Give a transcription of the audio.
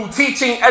teaching